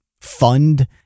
fund